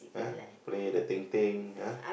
ah play the ting-ting ah